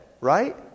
right